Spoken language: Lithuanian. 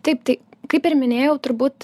taip tai kaip ir minėjau turbūt